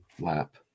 lap